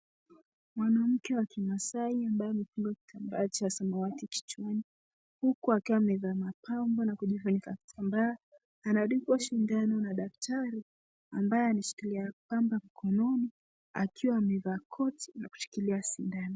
Mwanamke wa kimaasai ambaye amefunga kitambaa cha samawati kichwani huku akiwa amevaa mapambo na kujifunika kitambaa. Anadungwa sindano na daktari ambaye anashikilia pamba mkononi akiwa amevaa koti na kushikilia sindano.